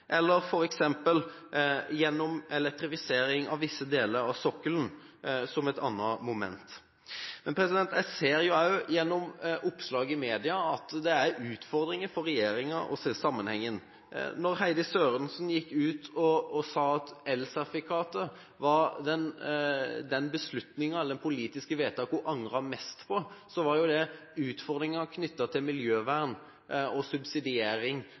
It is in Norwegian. eller f.eks. elektrifisering av visse deler av sokkelen, som et annet moment. Jeg ser også gjennom oppslag i media at det er utfordringer for regjeringen ved å se sammenhengen. Da Heidi Sørensen gikk ut og sa at elsertifikater var det politiske vedtaket hun angret mest på, var jo det utfordringer knyttet til miljøvern og subsidiering